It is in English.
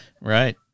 Right